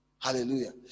Hallelujah